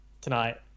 tonight